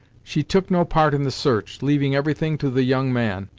she took no part in the search, leaving everything to the young man,